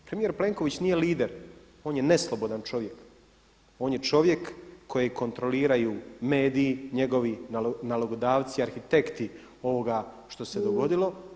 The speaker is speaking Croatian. Premijer Plenković nije lider, on je neslobodan čovjek, on je čovjek kojeg kontroliraju mediji, njegovi nalogodavci, arhitekti ovoga što se dogodilo.